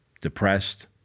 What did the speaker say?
depressed